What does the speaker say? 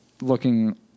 Looking